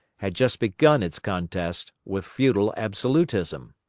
had just begun its contest with feudal absolutism.